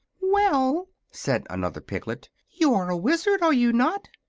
well, said another piglet, you are a wizard, are you not?